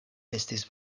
estis